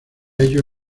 ello